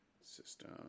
system